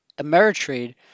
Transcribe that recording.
Ameritrade